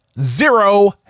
zero